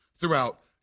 throughout